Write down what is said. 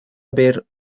haber